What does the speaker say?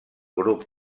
grup